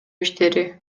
иштери